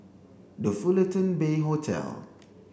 the Fullerton Bay Hotel